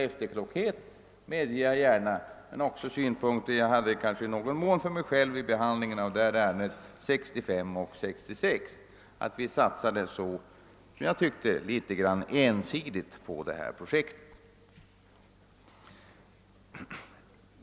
Jag medger gärna att det är fråga om efterklokhet, men jag tyckte redan 1965/66 att vi satsade en smula ensidigt på detta projekt.